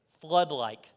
flood-like